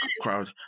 crowd